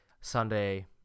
sunday